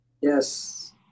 Yes